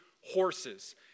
horses